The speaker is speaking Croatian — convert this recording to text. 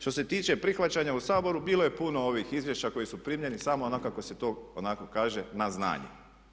Što se tiče prihvaćanja u Saboru bilo je puno ovih izvješća koji su primljeni samo onako kako se to onako kaže na znanje.